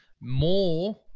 more